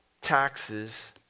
taxes